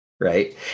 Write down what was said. right